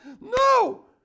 No